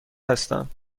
هستم